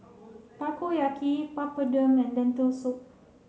Takoyaki Papadum and Lentil soup